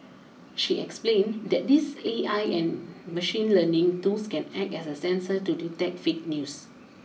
she explained that these A I and machine learning tools can act as a sensor to detect fake news